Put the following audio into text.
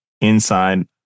inside